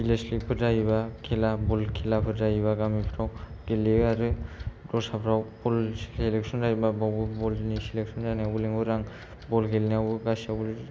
village league फोर जायोबा खेला बल खेलाफोर जायोबा गामिफोराव गेलेयो आरो दस्राफ्राव बल सेलेकश'न जायोबा बेयावबो बल नि सेलेकश'न जानायावबो लिंहरो आं बल गेलेनायावबो गासैयावबो